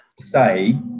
say